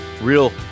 real